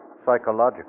psychological